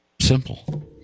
Simple